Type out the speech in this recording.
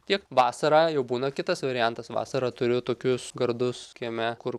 tiek vasarą jau būna kitas variantas vasarą turiu tokius gardus kieme kur